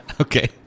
Okay